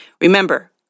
Remember